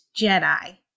Jedi